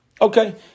Okay